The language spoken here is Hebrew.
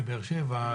בבאר שבע,